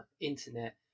internet